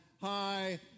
high